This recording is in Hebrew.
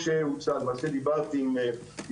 כמו שהוצע, ועל זה דיברתי עם גרנית,